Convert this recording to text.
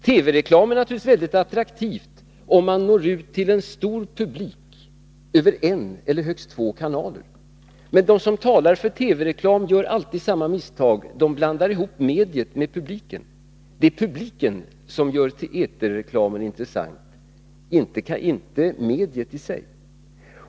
TV-reklam är naturligtvis något väldigt attraktivt, om man når ut till en stor publik över en eller högst två kanaler. Men de som talar för TV-reklam gör alltid samma misstag. De blandar ihop mediet med publiken. Det är 125 publiken som gör eterreklamen intressant, inte mediet i sig.